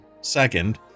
second